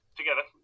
together